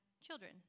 children